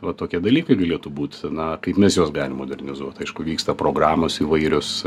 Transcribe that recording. vat tokie dalykai galėtų būt na kaip mes juos galim modernizuot aišku vyksta programos įvairios